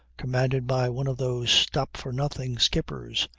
commanded by one of those stop-for nothing skippers.